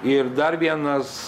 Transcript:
ir dar vienas